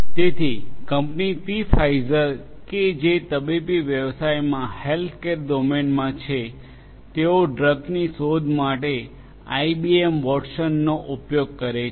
તેથી company Pfizer કે જે તબીબી વ્યવસાયમાં હેલ્થકેર ડોમેઇનમાં છે તેઓ ડ્રગની શોધ માટે આઈબીએમ વોટસનનો ઉપયોગ કરે છે